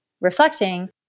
reflecting